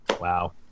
Wow